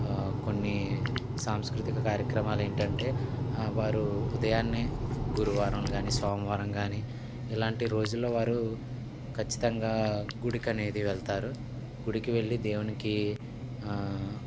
కొన్ని సాంస్కృతిక కార్యక్రమాలేంటంటే వారు ఉదయాన్నే గురువారం గాని సోమవారం గాని ఇలాంటి రోజుల్లో వారు ఖచ్చితంగా గుడికనేది వెళ్తారు గుడికి వెళ్ళి దేవునికి